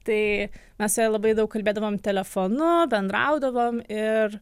tai mes su ja labai daug kalbėdavom telefonu bendraudavom ir